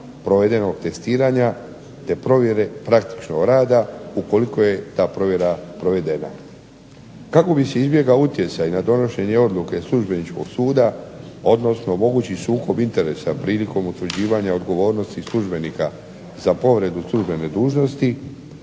provedenog testiranja te provjere praktičnog rada ukoliko je ta provjera provedena. Kako bi se izbjegao utjecaj na donošenje odluke službeničkog suda odnosno mogući sukob interesa prilikom utvrđivanja odgovornosti službenika za povredu službene dužnosti